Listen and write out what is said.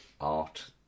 art